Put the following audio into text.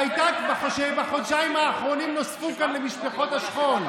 שבחודשיים האחרונים נוספו כאן למשפחות השכול.